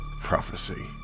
Prophecy